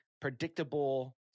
predictable